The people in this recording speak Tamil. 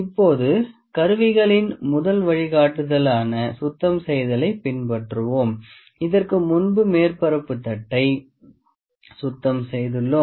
இப்போது கருவிகளின் முதல் வழிகாட்டுதலான சுத்தம் செய்வதைப் பின்பற்றுவோம் இதற்கு முன்பு மேற்பரப்பு தட்டை சுத்தம் செய்துள்ளோம்